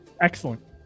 Excellent